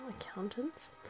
Accountants